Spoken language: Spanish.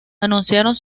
anunciaron